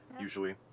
usually